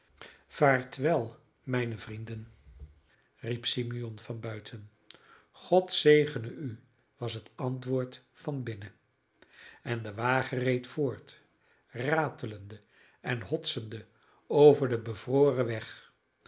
vaartwel mijne vrienden riep simeon van buiten god zegene u was het antwoord van binnen en de wagen reed voort ratelende en hotsende over den bevroren weg